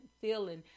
feeling